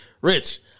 Rich